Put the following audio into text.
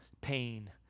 pain